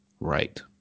Right